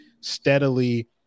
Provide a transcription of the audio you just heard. steadily